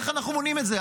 איך אנחנו מונעים את זה?